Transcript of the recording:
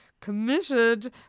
committed